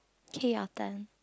okay your turn